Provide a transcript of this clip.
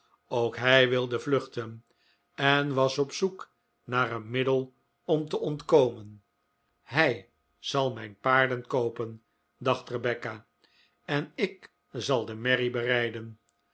ook hij wilde vluchten en was op zoek naar een middel om te ontkomen hij zal mijn paarden koopen dacht rebecca en ik zal de merrie berijden